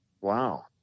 Wow